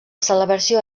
celebració